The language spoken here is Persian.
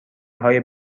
های